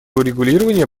урегулирование